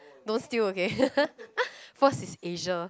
don't steal okay first is Asia